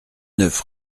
neuf